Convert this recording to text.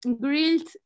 grilled